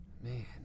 Man